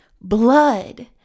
blood